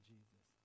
Jesus